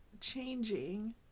changing